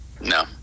No